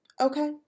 okay